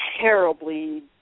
terribly